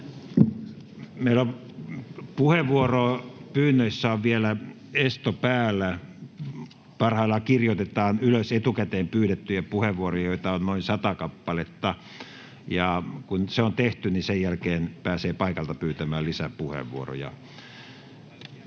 Meillä on puheenvuoropyynnöissä vielä esto päällä. Parhaillaan kirjoitetaan ylös etukäteen pyydettyjä puheenvuoroja, joita on noin sata kappaletta, ja kun se on tehty, niin sen jälkeen pääsee paikalta pyytämään lisää puheenvuoroja.